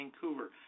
Vancouver